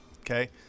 okay